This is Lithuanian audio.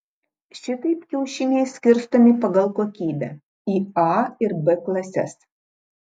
šitaip kiaušiniai skirstomi pagal kokybę į a ir b klases